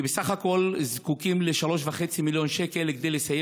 כי בסך הכול זקוקים ל-3.5 מיליון שקלים כדי לסיים